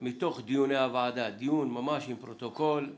מתוך דיוני הוועדה, דיון ממש עם פרוטוקול.